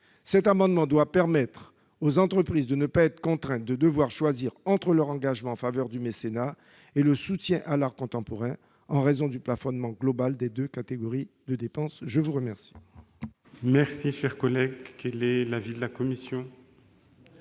cet amendement doit permettre aux entreprises de ne pas avoir à choisir entre leur engagement en faveur du mécénat et le soutien à l'art contemporain, en raison du plafonnement global des deux catégories de dépenses. Quel